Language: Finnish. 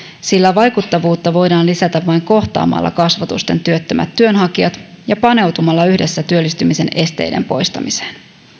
sillä vaikuttavuutta voidaan lisätä vain kohtaamalla kasvotusten työttömät työnhakijat ja paneutumalla yhdessä työllistymisen esteiden poistamiseen